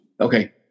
Okay